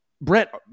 Brett